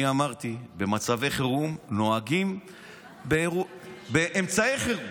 אני אמרתי, במצבי חירום נוהגים באמצעי חירום.